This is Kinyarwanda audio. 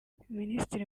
ministiri